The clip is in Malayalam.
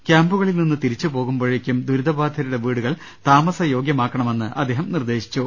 ക്യാമ്പുകളിൽ നിന്ന് തിരിച്ചുപോകുമ്പോ ഴേയ്ക്കും ദുരിതബാധിതരുടെ വീടുകൾ താമസയോഗ്യമാക്കണമെന്ന് അദ്ദേഹം നിർദ്ദേശിച്ചു